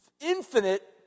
infinite